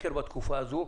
בתקופה הזאת.